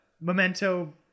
Memento